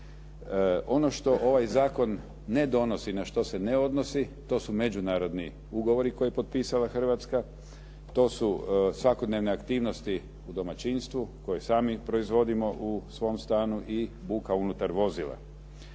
Ono što ovaj zakon ne donosi, na što se ne odnosi to su međunarodni ugovori koje je potpisala Hrvatska, to su svakodnevne aktivnosti u domaćinstvu koje sami proizvodimo u svom stanu i buka unutar vozila.